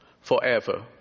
forever